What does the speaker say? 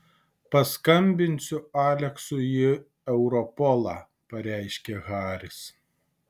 paskambinsiu aleksui į europolą pareiškė haris